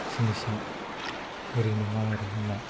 जिनिसा ओरै नङा ओरै होनना